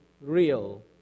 real